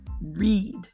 read